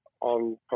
on